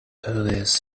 earliest